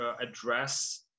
address